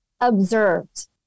observed